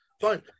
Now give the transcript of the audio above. Fine